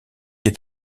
est